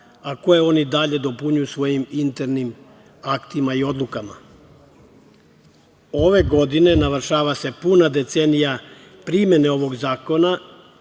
a koje oni dalje dopunjuju svojim internim aktima i odlukama. Ove godine navršava se puna decenija primene ovog zakona